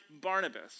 Barnabas